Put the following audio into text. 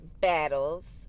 battles